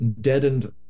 deadened